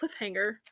cliffhanger